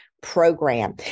program